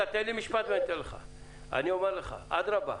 אני אומר לך, אדרבה.